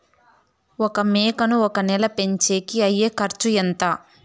ఒక మేకని ఒక నెల పెంచేకి అయ్యే ఖర్చు ఎంత?